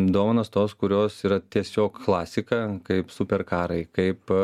dovanos tos kurios yra tiesiog klasika kaip superkarai kaip